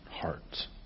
hearts